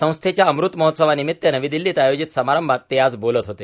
संस्थेच्या अमृत महोत्सवानिमित्त नवी दिल्लीत आयोजित समारंभात ते आज बोलत होते